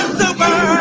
super